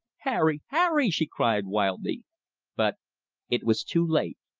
harry! harry! she cried wildly but it was too late.